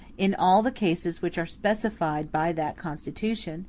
in all the cases which are specified by that constitution